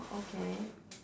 okay